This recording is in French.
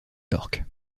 york